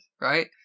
right